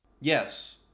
Yes